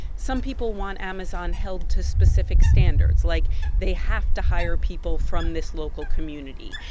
some people want amazon held to specific standards, like they have to hire people from this local community.